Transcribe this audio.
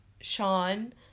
Sean